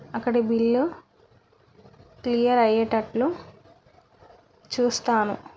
అక్కడి bill clear అయ్యేటట్లు చూస్తాను